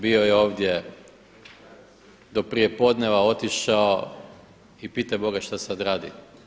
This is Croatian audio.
Bio je ovdje do prije podneva, otišao i pitaj Boga šta sad radi.